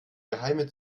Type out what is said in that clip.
geheime